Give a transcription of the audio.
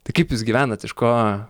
tai kaip jūs gyvenat iš ko